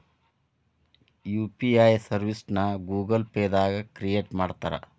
UPI ಸರ್ವಿಸ್ನ Google Pay ದಾಗ create ಮಾಡ್ತಾರಾ